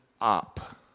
up